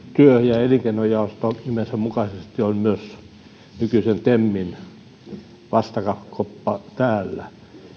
työ ja elinkeinojaosto nimensä mukaisesti on myös nykyisen temin vastakappale täällä